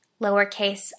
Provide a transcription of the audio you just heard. lowercase